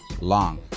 long